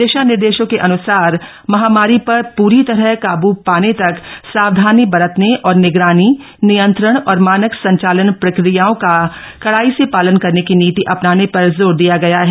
दिशा निर्देशों के अन्सार महामारी पर पूरी तरह काबू पाने तक सावधानी बरतने और निगरानी नियंत्रण औरमानक संचालन प्रक्रियाओं का कड़ाई से पालन करने की नीति अपनाने पर जोर दिया गया है